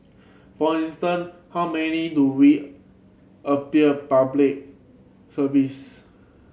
for instance how many do we appeal Public Service